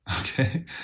Okay